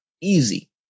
easy